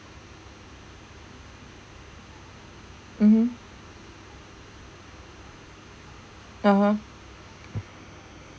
mmhmm (uh huh)